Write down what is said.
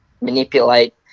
manipulate